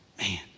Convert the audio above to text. Man